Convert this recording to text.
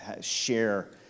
share